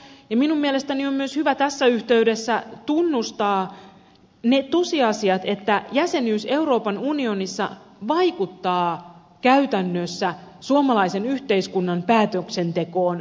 minun mielestäni on myös hyvä tässä yhteydessä tunnustaa ne tosiasiat että jäsenyys euroopan unionissa vaikuttaa käytännössä suomalaisen yhteiskunnan päätöksentekoon valtavasti